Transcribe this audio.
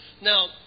Now